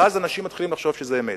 ואז אנשים מתחילים לחשוב שזה אמת.